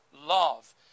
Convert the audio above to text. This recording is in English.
love